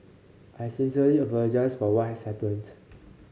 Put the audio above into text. I sincerely apologise for what has happened